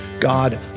God